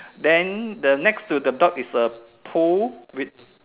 then the next to the dog is a pool with